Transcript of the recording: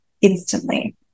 instantly